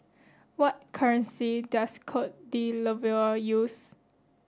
what currency does Cote D'Ivoire use